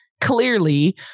clearly